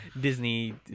Disney